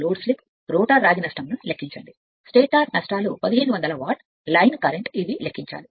ఈ load slip rotor రాగి నష్టం కోసం లెక్కించండి స్టేటర్ నష్టాలు మొత్తం 1500 వాట్ల లైన్ కరెంట్ అయితే ఇది తయారు చేయాలి